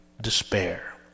despair